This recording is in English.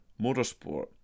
motorsport